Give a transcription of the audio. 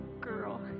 girl